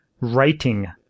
writing